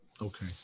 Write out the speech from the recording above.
Okay